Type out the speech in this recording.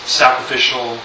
sacrificial